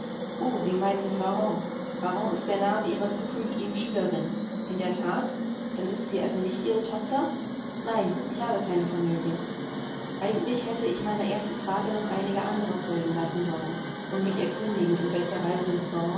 sie meinen miß varens varens ist der name ihrer künftigen schülerin in der that dann ist sie also nicht ihre tochter nein ich habe keine familie eigentlich hätte ich meiner ersten frage noch einige andere folgen lassen sollen und mich erkundigen in welcher weise